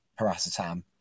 paracetam